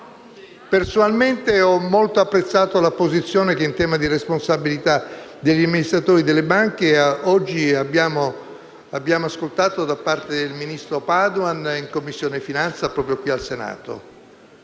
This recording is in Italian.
Personalmente ho molto apprezzato la posizione che, in tema di responsabilità degli amministratori delle banche, oggi abbiamo ascoltato da parte del ministro Padoan in Commissione finanze proprio qui al Senato.